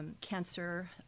cancer